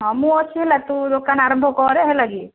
ହଁ ମୁଁ ଅଛି ହେଲା ତୁ ଦୋକାନ ଆରମ୍ଭ କରେ ହେଲାକି